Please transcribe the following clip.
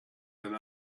and